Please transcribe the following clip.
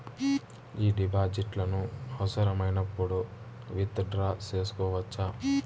ఈ డిపాజిట్లను అవసరమైనప్పుడు విత్ డ్రా సేసుకోవచ్చా?